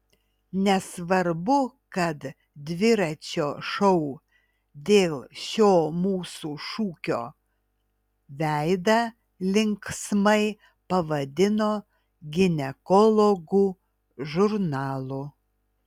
nesvarbu kad dviračio šou dėl šio mūsų šūkio veidą linksmai pavadino ginekologų žurnalu